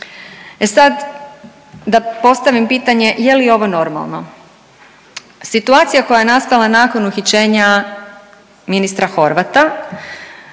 E sad, da postavim pitanje je li ovo normalno. Situacija koja je nastala nakon uhićenja ministra Horvata